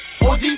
OG